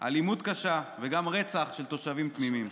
אלימות קשה וגם רצח של תושבים תמימים.